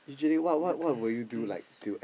the best place